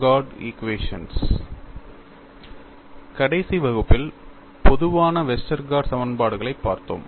கடைசி வகுப்பில் பொதுவான வெஸ்டர்கார்ட் சமன்பாடுகளைப் பார்த்தோம்